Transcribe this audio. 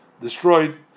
destroyed